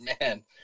man